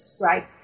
Right